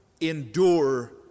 endure